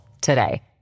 today